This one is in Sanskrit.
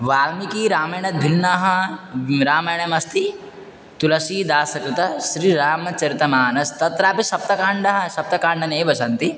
वाल्मिकिरामायणाद्भिन्नाः रामायणमस्ति तुलसीदासकृतश्रीरामचरितमानसं तत्रापि सप्तमं काण्डं सप्त काण्डान्येव सन्ति